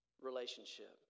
relationship